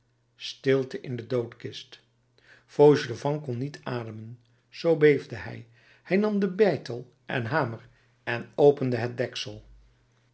stilte in de doodkist fauchelevent kon niet ademen zoo beefde hij hij nam beitel en hamer en opende het deksel